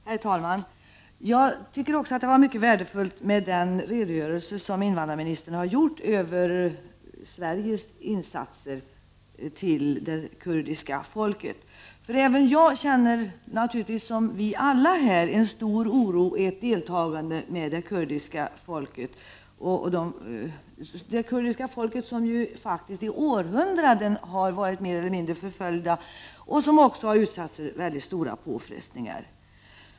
Herr Talman! Också jag tycker att det var mycket värdefullt att få den redogörelse som invandrarministern lämnade över Sveriges insatser för det kurdiska folket. Även jag känner som vi alla här stor oro och stort deltagande med det kurdiska folket, som ju faktiskt i århundranden varit mer eller mindre förföljt och som också utsatts för väldigt stora påfrestningar.